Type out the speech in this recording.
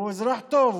הוא אזרח טוב,